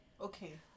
Okay